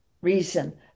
reason